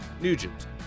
Nugent